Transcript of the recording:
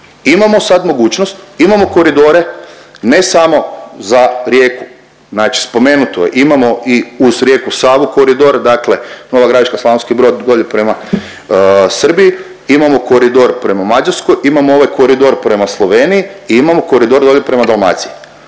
Imamo sad mogućnost, imamo koridore, ne samo za Rijeku, znači spomenuto je, imamo uz rijeku Savu koridor, dakle Nova Gradiška, Slavonski Brod, dolje prema Srbiji, imamo koridor prema Mađarskoj, imamo ovaj koridor prema Sloveniji i imamo koridor dolje prema Dalmaciji.